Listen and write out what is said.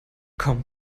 kaum